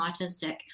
autistic